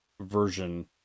version